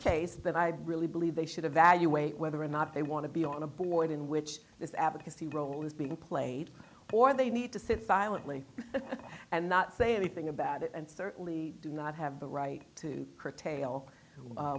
case that i really believe they should evaluate whether or not they want to be on a board in which this advocacy role is being played or they need to sit silently and not say anything about it and certainly do not have the right to curtail